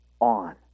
on